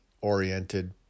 oriented